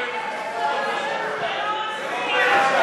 זה לא מצביע.